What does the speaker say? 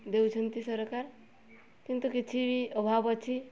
ଦେଉଛନ୍ତି ସରକାର କିନ୍ତୁ କିଛି ବି ଅଭାବ ଅଛି